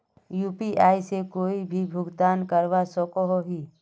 UPI से कोई भी भुगतान करवा सकोहो ही?